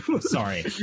Sorry